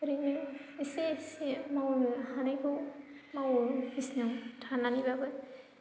ओरैनो इसे इसे मावनो हानायखौ मावो बिसिनायाव थानानैबाबो